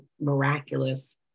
miraculous